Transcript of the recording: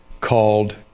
called